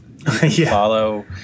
Follow